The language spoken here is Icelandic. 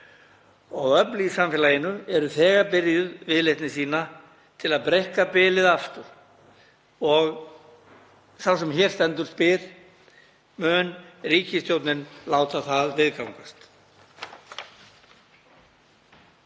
og öfl í samfélaginu eru þegar byrjuð viðleitni sína til að breikka bilið aftur. Sá sem hér stendur spyr: Mun ríkisstjórnin láta það viðgangast?